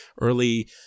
early